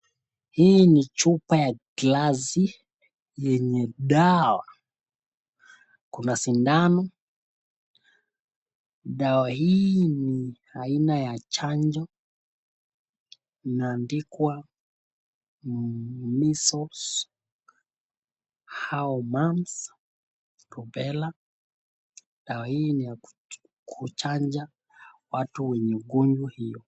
Hii ni chupa ya glasi yenye dawa. Kuna sindano. Dawa hii ni aina ya chanjo. Imeandikwa Measles au mumps, rubella . Dawa hii ni ya kuchanja watu wenye ugonjwa hio.